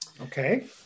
Okay